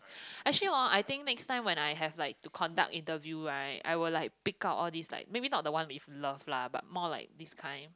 actually hor I think next time when I have like to conduct interview right I will like pick out all these like maybe not the one with love lah but more like this kind